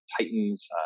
Titans